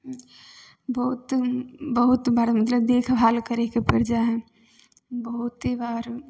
बहुत बहुत बार मतलब देखभाल करैके पड़ि जाइ हइ बहुते बार